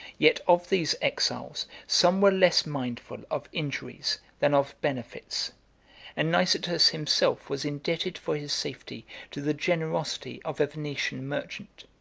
yet of these exiles, some were less mindful of injuries than of benefits and nicetas himself was indebted for his safety to the generosity of a venetian merchant.